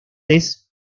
test